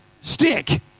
stick